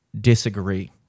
disagree